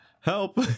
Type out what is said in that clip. Help